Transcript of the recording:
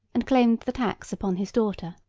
and claimed the tax upon his daughter.